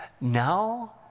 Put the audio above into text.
now